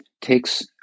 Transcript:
takes